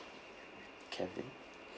kevin